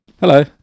Hello